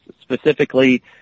specifically